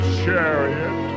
chariot